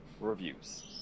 reviews